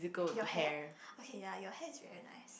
your hair okay ya your hair is really nice